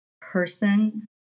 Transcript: person